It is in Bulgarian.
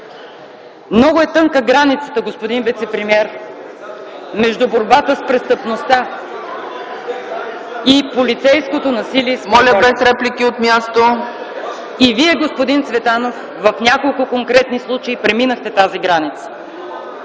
Много е тънката границата, господин вицепремиер, между борбата с престъпността и полицейското насилие. И Вие, господин Цветанов, в няколко конкретни случая преминахте тази граница.